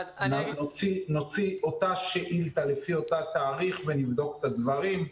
נוציא אותה שאילתה לפי אותו תאריך ונבדוק את הדברים.